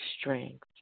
strength